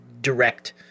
direct